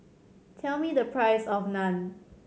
tell me the price of Naan